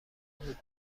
بود